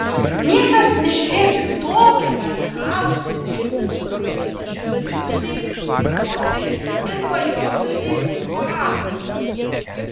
niekas nežiūrės į tokią perkarusią džiūsną įkritusiais skruostais ir pajuodusiais paakiais